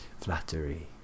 flattery